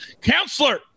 Counselor